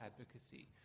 advocacy